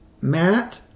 Matt